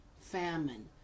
famine